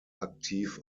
aktiv